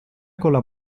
colla